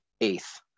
eighth